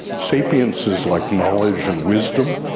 sapience is like knowledge and wisdom,